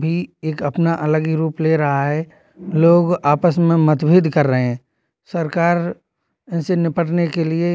भी एक अपना अलग ही रूप ले रहा है लोग आपस में मतभेद कर रहे हैं सरकार इनसे निपटने के लिए